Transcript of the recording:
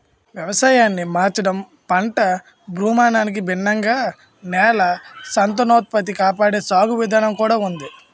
వ్యవసాయాన్ని మార్చడం, పంట భ్రమణానికి భిన్నంగా నేల సంతానోత్పత్తి కాపాడే సాగు విధానం కూడా ఉంది